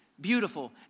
beautiful